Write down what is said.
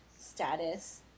status